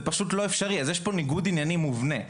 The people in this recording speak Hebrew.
זה פשוט לא אפשרי, אז יש פה ניגוד עניינים מובנה.